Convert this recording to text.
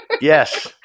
Yes